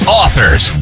authors